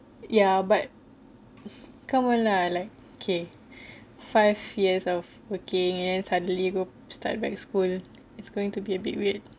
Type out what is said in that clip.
ya but come on lah like okay five years of working and suddenly you start back school it's going to be a bit weird